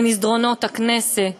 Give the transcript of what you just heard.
במסדרונות הכנסת,